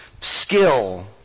skill